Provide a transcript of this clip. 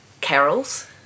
carols